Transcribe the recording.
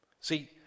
See